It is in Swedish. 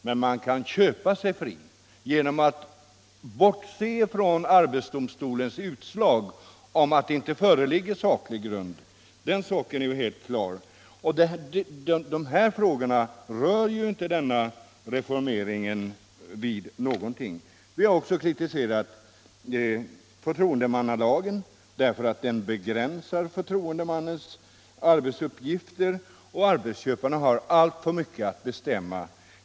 Man kan nämligen köpa sig fri genom att bortse från arbetsdomstolens utslag att det inte föreligger saklig grund. Den saken är helt klar. Dessa frågor rör den här reformeringen inte alls vid. Det är också riktigt att vi har kritiserat förtroendemannalagen därför att den begränsar förtroendemannens arbetsuppgifter och ger arbetsköparna alltför mycket att bestämma.